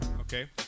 Okay